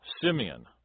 Simeon